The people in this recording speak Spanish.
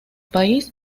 país